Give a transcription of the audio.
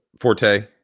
forte